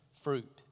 fruit